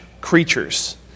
creatures